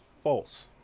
False